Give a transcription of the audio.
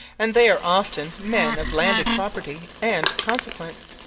and they are often men of landed property and consequence,